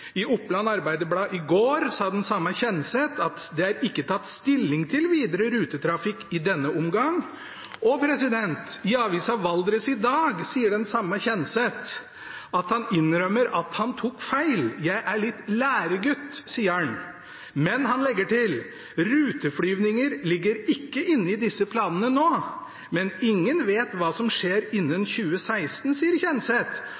I Oppland Arbeiderblad i går sa den samme Kjenseth: «Det er ikke tatt stilling til videre rutetrafikk i denne omgang». I avisa Valdres i dag sier den samme Kjenseth at han innrømmer at han tok feil: «jeg er litt læregutt», sier han. Men han legger til: «Ruteflyginger ligger ikke inne i disse planene nå. Men ingen vet hva som skjer